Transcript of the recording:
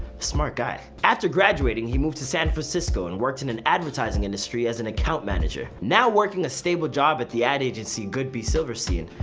smart guy. after graduating, he moved to san fransisco, and worked in advertising industry as an account manager. now working a stable job at the ad agency, goodby silverstein,